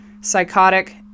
psychotic